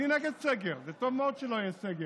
אני נגד סגר, זה טוב מאוד שלא יהיה סגר.